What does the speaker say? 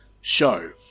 show